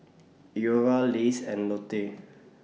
Iora Lays and Lotte